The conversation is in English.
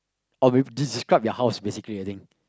or with this describe your house basically I think